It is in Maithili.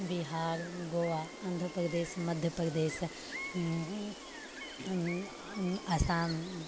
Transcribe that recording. बिहार गोआ आन्ध्र प्रदेश मध्य प्रदेश असाम